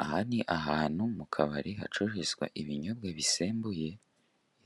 Aha ni ahantu mu kabari hacururizwa ibinyobwa bisembuye.